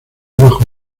bajo